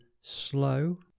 slow